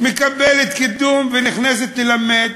מקבלת קידום ונכנסת ללמד.